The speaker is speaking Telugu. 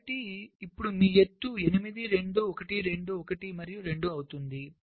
కాబట్టి ఇప్పుడు మీ ఎత్తు 8 2 1 2 1 మరియు 2 అవుతుంది